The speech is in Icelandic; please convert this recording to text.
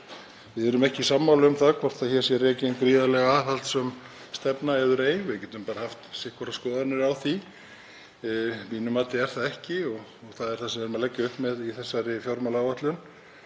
Við erum ekki sammála um það hvort hér sé rekin gríðarlega aðhaldssöm stefna eður ei og við getum haft ólíka skoðun á því. Að mínu mati er það ekki og það er það sem við erum að leggja upp með í þessari fjármálaáætlun.